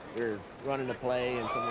were running a play and